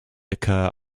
occur